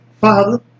father